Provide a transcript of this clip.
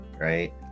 right